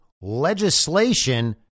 legislation